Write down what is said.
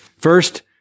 First